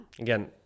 again